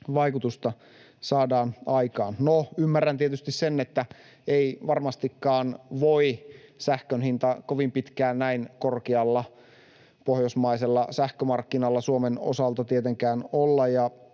vaikutusta saadaan aikaan? No, ymmärrän tietysti sen, että ei varmastikaan voi sähkön hinta kovin pitkään näin korkealla pohjoismaisilla sähkömarkkinoilla Suomen osalta tietenkään olla,